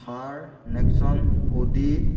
Thar Nexon Audi